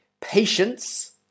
patience